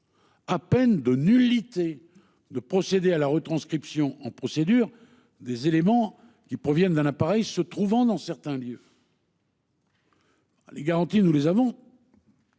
à peine de nullité, de procéder à la retranscription en procédure des éléments qui proviennent d'un appareil se trouvant dans certains lieux. Les garanties sont donc